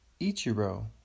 Ichiro